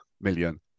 million